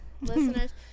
Listeners